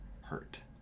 hurt